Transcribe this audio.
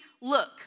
look